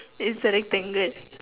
is a rectangle